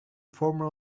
former